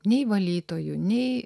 nei valytojų nei